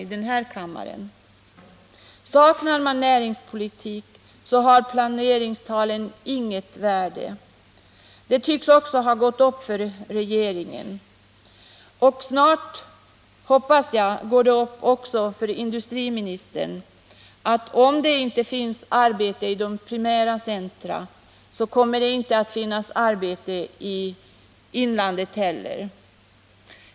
Saknas det en näringspolitik, så har planeringstalen inget värde. Det tycks också ha gått upp för regeringen. Snart går det upp också för industriministern, hoppas jag, att om det inte finns arbete i de primära centra så kommer det inte att finnas arbete i inlandet heller.